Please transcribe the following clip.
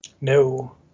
No